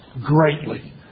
greatly